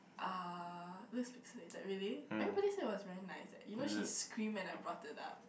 uh looks pixelated really everybody said it was very nice eh you know she scream when I brought it up